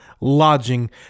lodging